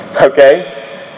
Okay